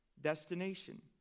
destination